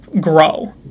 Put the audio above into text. grow